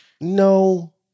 No